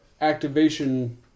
activation